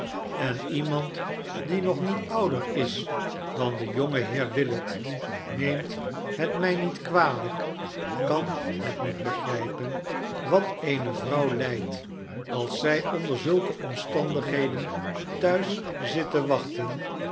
en lemand die nog niet ouder is dan de jonge heer willet neem het mij met kwalijk kan het niet begrijpen wat eene vrouw lijdt als zij onder zulke omstandigheden thuis zit te wachten